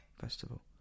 festival